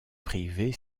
privée